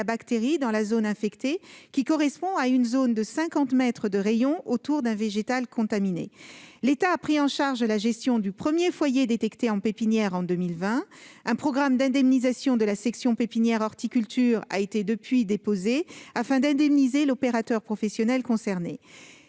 bactérie dans la zone infectée, qui correspond à une zone de cinquante mètres de rayon autour d'un végétal contaminé. L'État a pris en charge la gestion du premier foyer détecté en pépinière en 2020. Un programme d'indemnisation de la section pépinières et horticulture a été depuis déposé, afin d'indemniser l'opérateur professionnel concerné.